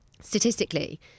statistically